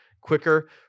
quicker